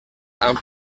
amb